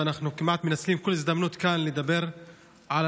ואנחנו מנצלים כמעט כל הזדמנות לדבר כאן